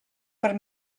per